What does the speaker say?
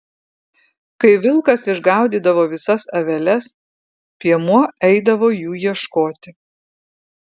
kai vilkas išgaudydavo visas aveles piemuo eidavo jų ieškoti